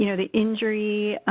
you know the injury